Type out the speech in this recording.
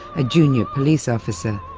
a junior police officer.